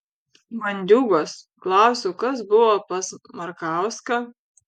bandiūgos klausiu kas buvo pas markauską